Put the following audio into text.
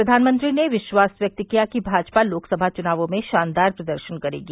प्रधानमंत्री ने विश्वास व्यक्त किया कि भाजपा लोकसभा चुनावों में शानदार प्रदर्शन करेगी